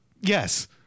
yes